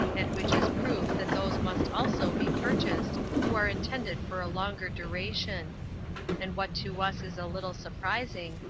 and which is proof that those must also be purchased who are intended for a longer duration and what to us is a little supprising,